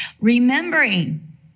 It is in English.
remembering